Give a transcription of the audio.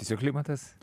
tiesiog klimatas